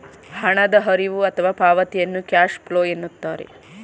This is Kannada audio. ಹಣದ ಹರಿವು ಅಥವಾ ಪಾವತಿಯನ್ನು ಕ್ಯಾಶ್ ಫ್ಲೋ ಎನ್ನುತ್ತಾರೆ